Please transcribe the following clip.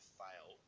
fail